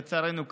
לצערנו,